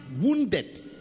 wounded